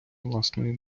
власної